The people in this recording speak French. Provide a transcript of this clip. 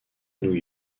new